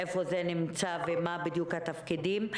איפה זה נמצא ומה בדיוק התפקידים.